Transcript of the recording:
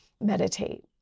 meditate